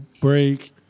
break